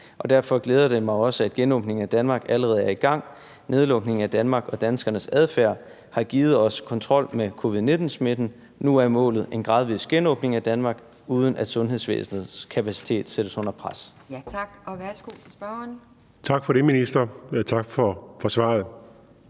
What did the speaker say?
derfor glæder det mig også, at genåbningen af Danmark allerede er i gang. Nedlukningen af Danmark og danskernes adfærd har givet os kontrol med covid-19-smitten. Nu er målet en gradvis genåbning af Danmark, uden at sundhedsvæsenets kapacitet sættes under pres. Kl. 17:54 Anden næstformand